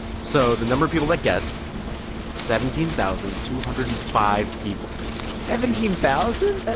so the number of people that guessed seventeen thousand two hundred and five people seventeen thousand?